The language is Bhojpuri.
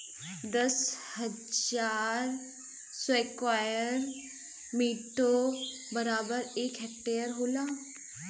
दस हजार स्क्वायर मीटर बराबर एक हेक्टेयर होला